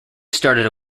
started